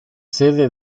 sede